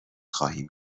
خواهیم